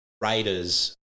Raiders